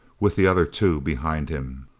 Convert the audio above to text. with the other two behind him.